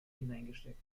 hineingesteckt